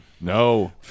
No